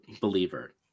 Believer